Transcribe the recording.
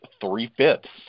three-fifths